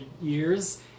years